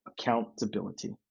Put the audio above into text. accountability